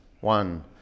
One